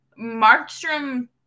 Markstrom